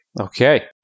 Okay